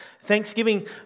Thanksgiving